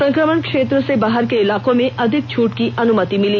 संकमण क्षेत्र के बाहर के इलाकों में अधिक छूट की अनुमिति मिली